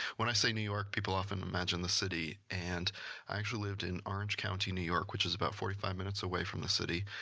when i say new york people often imagine the city and i actually lived in orange county, new york, which is about forty five minutes away from the city.